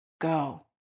go